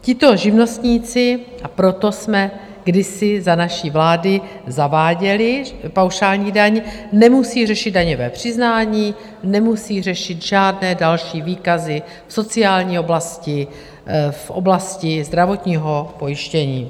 Tito živnostníci a proto jsme kdysi za naší vlády zaváděli paušální daň nemusí řešit daňové přiznání, nemusí řešit žádné další výkazy v sociální oblasti, v oblasti zdravotního pojištění.